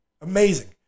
amazing